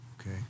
Okay